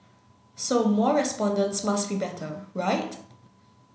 so more respondents must be better right